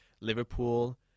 Liverpool